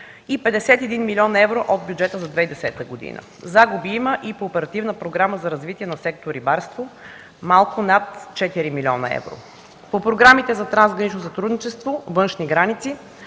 и 51 млн. евро от бюджета за 2010 г. Загуби има и по Оперативна програма за развитие на сектор „Рибарство” – малко над 4 млн. евро. По програмите "Трансгранично сътрудничество” и „Външни граници”